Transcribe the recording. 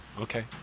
okay